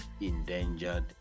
endangered